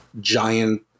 giant